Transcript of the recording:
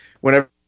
whenever